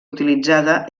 utilitzada